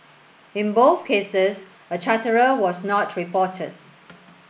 in both cases a charterer was not reported